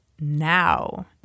now